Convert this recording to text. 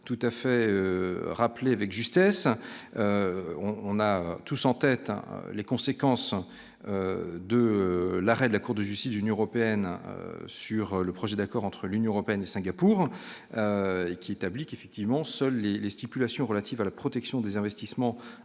tout à fait rappelé avec justesse, on a tous en tête les conséquences de l'arrêt de la Cour de justice d'Union européenne sur le projet d'accord entre l'Union européenne, Singapour qui établit qu'effectivement selon les les stipulations relative à la protection des investissements